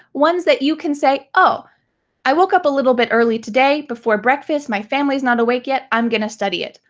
ones that you can say oh i woke up a little bit early today before breakfast, my family's not awake yet, i'm gonna study it.